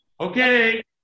Okay